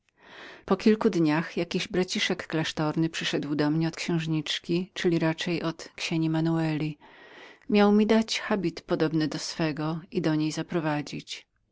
po kilku dniach jakiś braciszek klasztorny przyszedł do mnie od księżniczki czyli raczej od ksieni manueli miał mi dać habit podobny do swego i do niej zaprowadzić